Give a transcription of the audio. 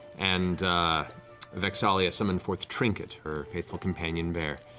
and vex'ahlia summoned forth trinket, her faithful companion bear.